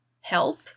help